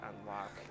unlock